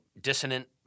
dissonant